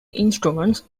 instruments